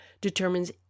determines